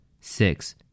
six